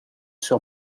sur